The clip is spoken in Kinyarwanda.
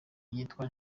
yitwa